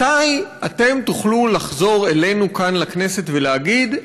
מתי אתם תוכלו לחזור אלינו כאן לכנסת ולהגיד,